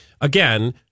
Again